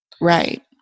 Right